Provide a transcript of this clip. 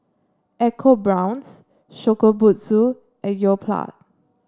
EcoBrown's Shokubutsu and Yoplait